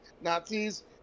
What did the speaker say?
Nazis